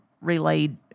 Relayed